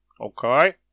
Okay